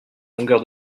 longueur